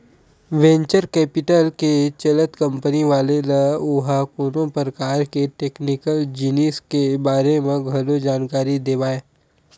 venture capital के चलत company वाले ल ओहा कोनो परकार के टेक्निकल जिनिस के बारे म घलो जानकारी देवाथे